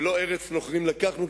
ולא ארץ נוכרים לקחנו,